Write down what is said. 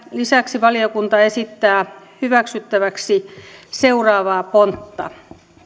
lisäksi valiokunta esittää hyväksyttäväksi seuraavaa pontta